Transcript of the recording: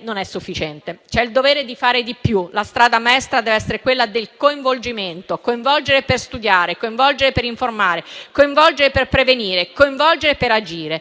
non è sufficiente. C'è il dovere di fare di più. La strada maestra deve essere quella del coinvolgimento: coinvolgere per studiare, coinvolgere per informare, coinvolgere per prevenire, coinvolgere per agire.